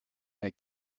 make